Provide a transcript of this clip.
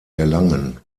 erlangen